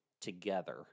together